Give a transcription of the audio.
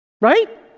Right